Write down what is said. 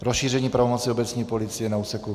Rozšíření pravomoci obecní policie na úseku...